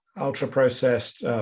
ultra-processed